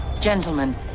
Gentlemen